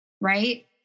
Right